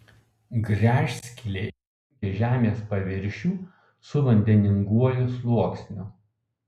gręžskylė jungia žemės paviršių su vandeninguoju sluoksniu